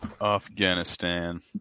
Afghanistan